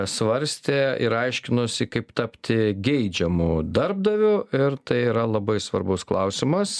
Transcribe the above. svarstė ir aiškinosi kaip tapti geidžiamu darbdaviu ir tai yra labai svarbus klausimas